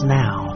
now